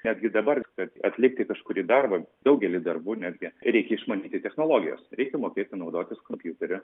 netgi dabar kad atlikti kažkurį darbą daugelį darbų netgi reikia išmanyti technologijas reikia mokėti naudotis kompiuteriu